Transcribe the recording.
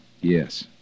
Yes